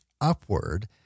upward